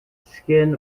skin